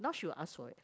now she will ask for it